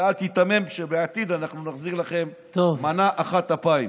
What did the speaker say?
ואל תיתמם כשבעתיד אנחנו נחזיר לכם מנה אחת אפיים.